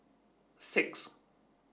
six